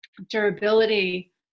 durability